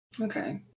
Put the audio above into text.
Okay